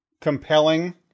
compelling